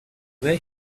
where